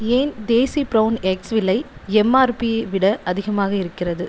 ஏன் desi brown eggs விலை எம்ஆர்பியை விட அதிகமாக இருக்கிறது